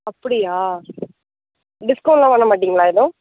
அப்படியா டிஸ்கவுண்டெலாம் பண்ண மாட்டிங்களா எதுவும்